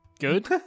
Good